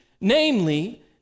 namely